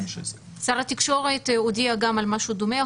שר התקשורת הודיע גם על משהו דומה,